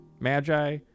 magi